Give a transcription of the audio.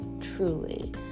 truly